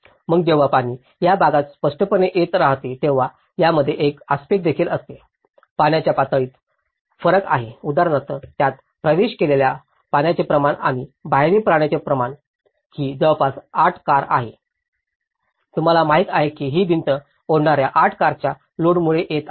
मग जेव्हा पाणी या भागात स्पष्टपणे येत राहते तेव्हा त्यामध्ये एक आस्पेक्ट देखील असते पाण्याच्या पातळीत फरक आहे उदाहरणार्थ त्यात प्रवेश केलेल्या पाण्याचे प्रमाण आणि बाहेरील पाण्याचे प्रमाण ही जवळपास 8 कार आहे तुम्हाला माहित आहे की ही भिंत ओढणार्या 8 कारच्या लोडमुळे येत आहे